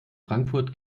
frankfurt